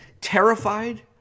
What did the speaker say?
terrified